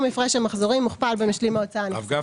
הפרש המחזורים מוכפל במשלים ההוצאה הנחסכת,